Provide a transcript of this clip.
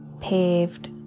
paved